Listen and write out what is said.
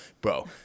Bro